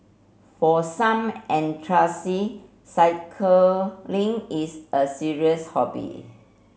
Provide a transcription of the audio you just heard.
for some cycling is a serious hobby